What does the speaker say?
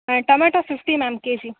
ಹಾಂ tomato fifty ma'am KG